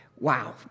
wow